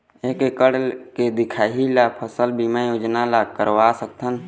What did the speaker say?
एक एकड़ के दिखाही ला फसल बीमा योजना ला करवा सकथन?